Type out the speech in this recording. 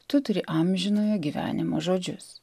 tu turi amžinojo gyvenimo žodžius